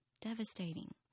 Devastating